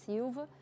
Silva